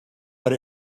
but